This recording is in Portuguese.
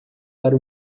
para